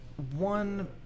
One